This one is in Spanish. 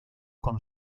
con